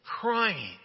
crying